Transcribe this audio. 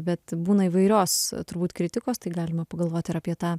bet būna įvairios turbūt kritikos tai galima pagalvot ir apie tą